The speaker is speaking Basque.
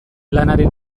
lanaren